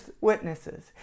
witnesses